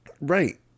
Right